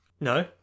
No